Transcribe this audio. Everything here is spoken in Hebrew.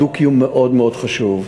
הדו-קיום מאוד מאוד חשוב.